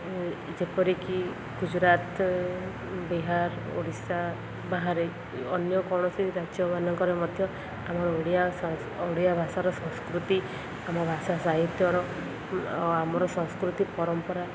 ଯେପରିକି ଗୁଜୁରାଟ ବିହାର ଓଡ଼ିଶା ବାହାରେ ଅନ୍ୟ କୌଣସି ରାଜ୍ୟମାନଙ୍କରେ ମଧ୍ୟ ଆମ ଓଡ଼ିଆ ଓଡ଼ିଆ ଭାଷାର ସଂସ୍କୃତି ଆମ ଭାଷା ସାହିତ୍ୟର ଆମର ସଂସ୍କୃତି ପରମ୍ପରା